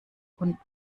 und